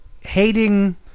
hating